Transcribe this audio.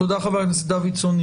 תודה חבר הכנסת דוידסון.